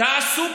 תיתנו פתרונות.